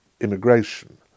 immigration